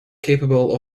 capable